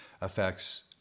affects